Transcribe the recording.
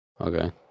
Okay